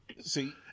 see